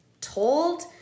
told